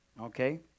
okay